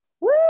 woo